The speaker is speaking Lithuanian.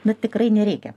na tikrai nereikia